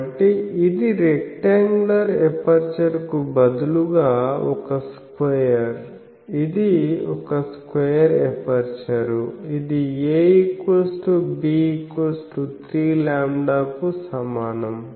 కాబట్టి ఇది రెక్టాంగ్యులర్ ఎపర్చర్కు బదులుగా ఒక స్క్వేర్ ఇది ఒక స్క్వేర్ ఎపర్చరు ఇది ab3λ కు సమానం